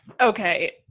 okay